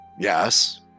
yes